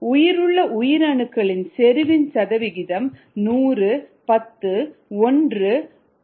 உயிருள்ள உயிரணுக்களின் செறிவின் சதவீதம் 100 10 1 0